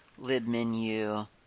libmenu